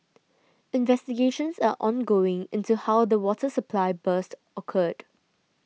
investigations are ongoing into how the water supply burst occurred